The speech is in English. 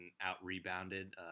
out-rebounded